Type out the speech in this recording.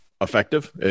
effective